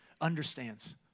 understands